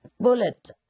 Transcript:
bullet